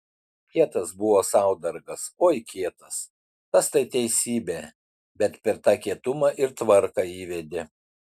kietas buvo saudargas oi kietas tas tai teisybė bet per tą kietumą ir tvarką įvedė